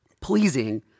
pleasing